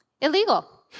illegal